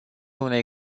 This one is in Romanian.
unei